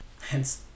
Hence